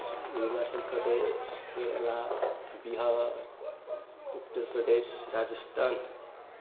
Arunachal Pradesh Kerala Bihar Uttar Pradesh Rajasthan